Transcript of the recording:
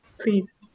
please